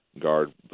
guard